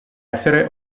essere